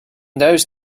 those